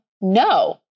No